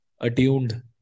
attuned